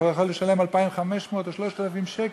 הוא כבר יכול לשלם 2,500 או 3,000 שקל.